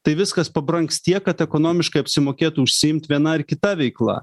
tai viskas pabrangs tiek kad ekonomiškai apsimokėtų užsiimt viena ar kita veikla